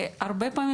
הרבה מאוד פעמים